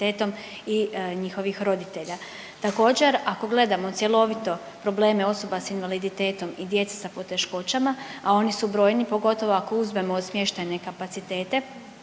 i njihovih roditelja. Također, ako gledamo cjelovito probleme osoba s invaliditetom i djece sa poteškoćama, a oni su brojni, pogotovo ako uzmemo i smještajne kapacitete,